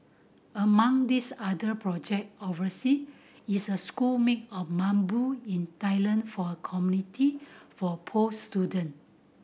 among this other projects oversea is a school made of bamboo in Thailand for a community for poor student